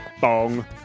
bong